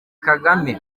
kagame